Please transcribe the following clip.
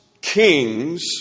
kings